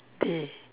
okay